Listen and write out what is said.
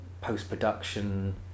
post-production